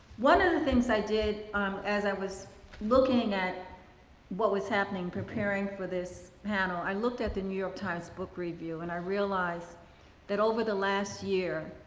one of the things i did as i was looking at what was happening, preparing for this panel, i looked at the new york times book review and i realized that over the last year,